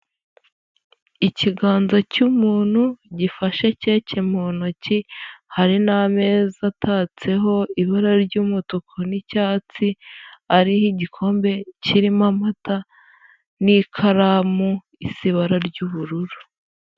Ikiganza cy'umuntu gifashe keke mu ntoki, hari n'ameza atatseho ibara ry'umutuku n'icyatsi, ari' igikombe kirimo amata n'ikaramu isa ibara ry'ubururu.